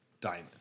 Diamond